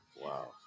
Wow